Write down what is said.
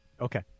Okay